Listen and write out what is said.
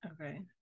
okay